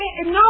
No